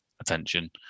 attention